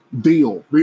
deal